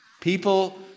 People